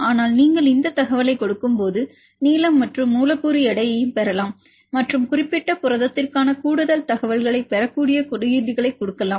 ஆனால் நீங்கள் இந்த தகவலைக் கொடுக்கும்போது நீளம் மற்றும் மூலக்கூறு எடையையும் நீங்கள் பெறலாம் மற்றும் குறிப்பிட்ட புரதத்திற்கான கூடுதல் தகவல்களைப் பெறக்கூடிய குறியீடுகளைக் கொடுக்கலாம்